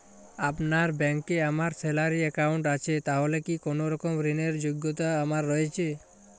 আপনার ব্যাংকে আমার স্যালারি অ্যাকাউন্ট আছে তাহলে কি কোনরকম ঋণ র যোগ্যতা আমার রয়েছে?